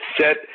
set